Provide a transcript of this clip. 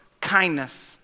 kindness